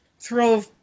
throw